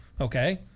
okay